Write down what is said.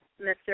Mr